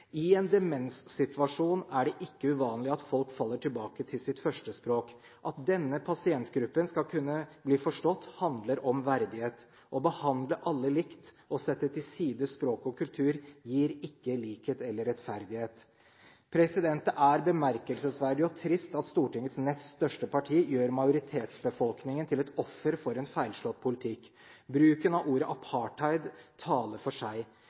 I en demenssituasjon er det ikke uvanlig at folk faller tilbake til sitt første språk. At denne pasientgruppen skal kunne bli forstått, handler om verdighet og det å behandle alle likt. Å sette til side språk og kultur gir ikke likhet eller rettferdighet. Det er bemerkelsesverdig og trist at Stortingets nest største parti gjør majoritetsbefolkningen til et offer for en feilslått politikk. Bruken av ordet «apartheid» taler for seg.